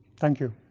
thank you.